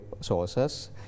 sources